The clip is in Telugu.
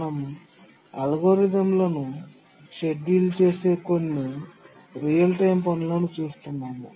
మనం అల్గోరిథంలను షెడ్యూల్ చేసే కొన్ని నిజ సమయ పనులను చూస్తున్నాము